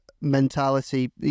mentality